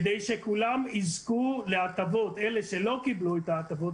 כדי שכולם יזכו להטבות, אלה שלא קיבלו את ההטבות.